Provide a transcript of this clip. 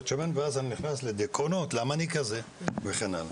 שמן ואז אני נכנס לדיכאונות 'למה אני כזה' וכן הלאה.